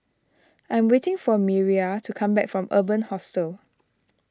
I am waiting for Miriah to come back from Urban Hostel